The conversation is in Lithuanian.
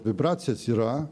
vibracijos yra